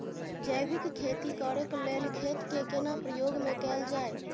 जैविक खेती करेक लैल खेत के केना प्रयोग में कैल जाय?